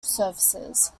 services